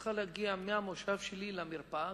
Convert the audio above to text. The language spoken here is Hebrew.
שצריכה להגיע מהמושב שלי למרפאה,